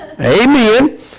amen